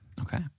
Okay